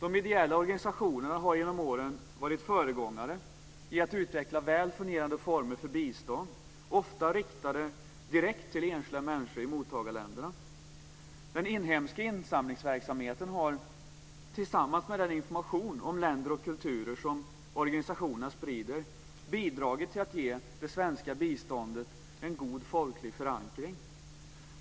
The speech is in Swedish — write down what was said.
De ideella hjälporganisationerna har genom åren varit föregångare i att utveckla väl fungerande former för bistånd, ofta riktat direkt till enskilda människor i mottagarländerna. Den inhemska insamlingsverksamheten har, tillsammans med den information om länder och kulturer som organisationerna sprider, bidragit till att ge det svenska biståndet en god folklig förankring.